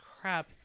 crap